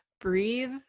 Breathe